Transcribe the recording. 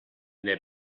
their